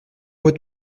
mot